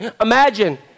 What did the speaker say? Imagine